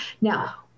Now